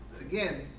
again